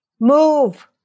Move